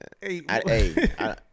Hey